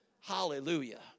Hallelujah